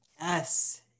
Yes